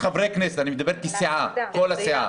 אני מדבר כסיעה, כל הסיעה.